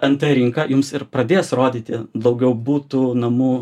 nt rinką jums ir pradės rodyti daugiau butų namų